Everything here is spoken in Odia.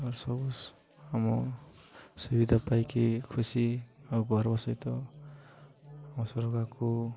ଆ ସବୁ ଆମ ସୁବିଧା ପାଇକି ଖୁସି ଆଉ ଘର ସହିତ ଆମ ସରକାରକୁ